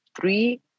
three